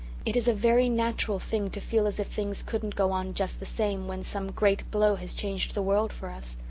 it is a very natural thing to feel as if things couldn't go on just the same when some great blow has changed the world for us.